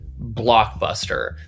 blockbuster